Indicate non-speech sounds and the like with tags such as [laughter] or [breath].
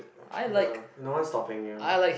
[breath] ya no one stopping you